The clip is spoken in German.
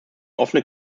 offene